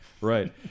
Right